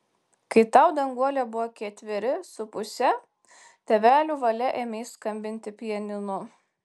kai tau danguole buvo ketveri su puse tėvelių valia ėmei skambinti pianinu